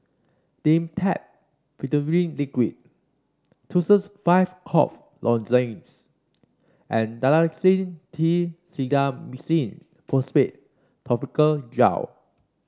Dimetapp Phenylephrine Liquid Tussils five Cough Lozenges and Dalacin T Clindamycin Phosphate Topical Gel